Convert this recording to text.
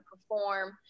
perform